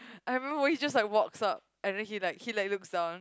I remember when he just like walks up and then he like he like looks down